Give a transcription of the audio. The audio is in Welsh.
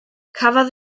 cafodd